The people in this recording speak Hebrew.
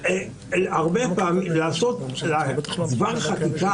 אולי אפילו שימוש כמעט קפריזי עד כדי כך